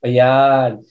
Ayan